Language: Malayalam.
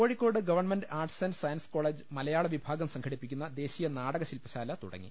Kozhikode government arts science college മലയാളവിഭാഗം സംഘടിപ്പിക്കുന്ന ദേശീയ നാടക ശില്പശാല തുടങ്ങി